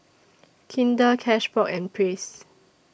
Kinder Cashbox and Praise